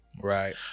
Right